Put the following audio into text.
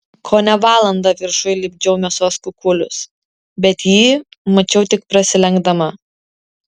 kone valandą viršuj lipdžiau mėsos kukulius bet jį mačiau tik prasilenkdama